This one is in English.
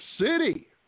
City